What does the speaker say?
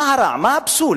מה הרע, מה הפסול